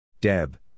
Deb